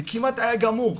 זה כמעט היה גמור.